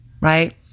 right